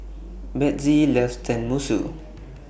Bethzy loves Tenmusu